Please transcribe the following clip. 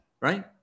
right